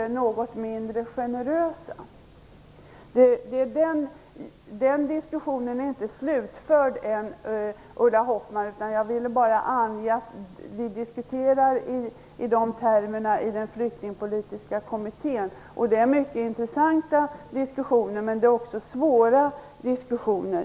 Nu talar jag inte om flyktingar, det vill jag påpeka. Jag talar om invandrare, emigranter som vill bosätta sig i Sverige. Den diskussionen är inte slutförd ännu, Ulla Hoffmann. Jag ville bara ange att vi diskuterar i de termerna i den flyktingpolitiska kommittén. Det är mycket intressanta men också svåra diskussioner.